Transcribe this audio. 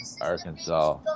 Arkansas